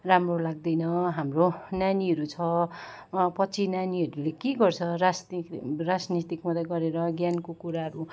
राम्रो लाग्दैन हाम्रो नानीहरू छ पछि नानीहरूले के गर्छ राजनी राजनीति मात्रै गरेर ज्ञानको कुराहरू